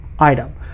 item